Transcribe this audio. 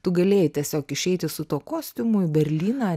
tu galėjai tiesiog išeiti su tuo kostiumu į berlyną